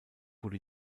wurde